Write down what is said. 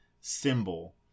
symbol